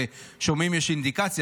ושומעים שיש אינדיקציה,